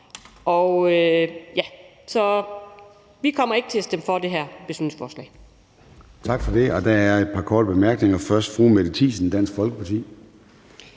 vi kommer ikke til at stemme for det her beslutningsforslag.